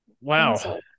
Wow